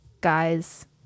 guys